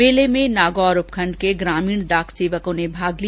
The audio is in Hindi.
मेले में नागौर उपखंड के ग्रामीण डाक सेवकों ने भाग लिया